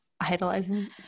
idolizing